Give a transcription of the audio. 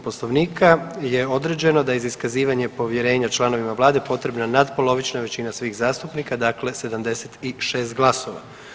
Poslovnika je određeno da je za iskazivanje povjerenja članovima vlade potrebna natpolovična većina svih zastupnika dakle 76 glasova.